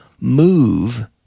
move